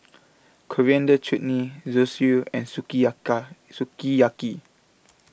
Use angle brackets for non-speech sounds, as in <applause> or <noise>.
Coriander Chutney Zosui and <unintelligible> Sukiyaki